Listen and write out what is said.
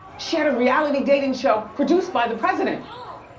she had a reality dating show produced by the president.